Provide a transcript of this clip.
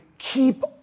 Keep